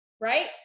right